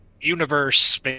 universe